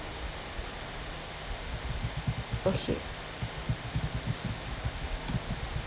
okay